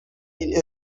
این